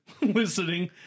listening